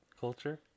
culture